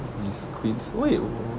these kids like